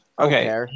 Okay